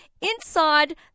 inside